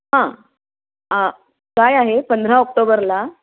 हां आ काय आहे पंधरा ऑक्टोबरला